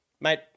Mate